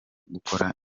gukorana